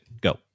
Go